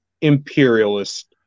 imperialist